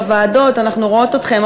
בוועדות אנחנו רואות אתכן,